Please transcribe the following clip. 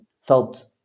felt